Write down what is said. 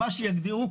מה שיגדירו.